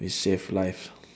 we save lives